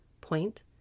point